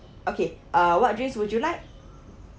okay uh what drinks would you like